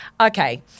Okay